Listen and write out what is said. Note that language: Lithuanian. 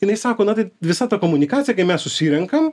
jinai sako na tai visa ta komunikacija kai mes susirenkam